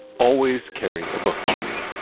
always carry a book to read,